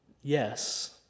Yes